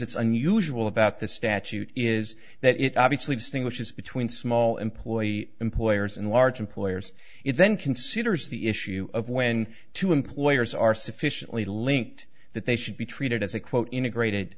that's unusual about the statute is that it obviously distinguishes between small employee employers and large employers it then considers the issue of when to employers are sufficiently linked that they should be treated as a quote integrated